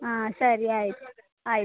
ಹಾಂ ಸರಿ ಆಯಿತು ಆಯಿತು